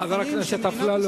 חבר הכנסת אפללו,